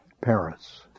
parents